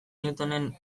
newtonen